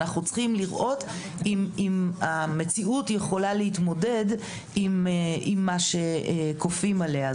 אנחנו צריכים לראות אם המציאות יכולה להתמודד עם מה שכופים עליה.